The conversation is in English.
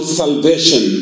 salvation